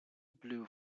blue